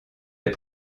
les